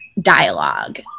dialogue